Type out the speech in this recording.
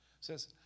Says